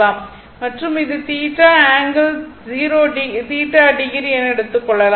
மற்றும் இது θ angle ∠θo என எடுத்துக் கொள்ளலாம்